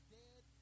dead